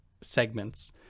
segments